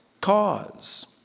cause